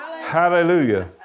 Hallelujah